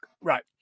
right